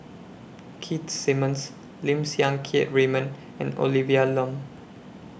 Keith Simmons Lim Siang Keat Raymond and Olivia Lum